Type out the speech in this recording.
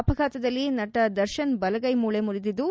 ಅಪಘಾತದಲ್ಲಿ ನಟ ದರ್ಶನ್ ಬಲಗೈ ಮೂಳೆ ಮುರಿದಿದ್ದು